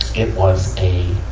it was a